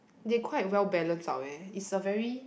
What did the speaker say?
they quite well balanced out eh is a very